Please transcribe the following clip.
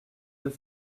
deux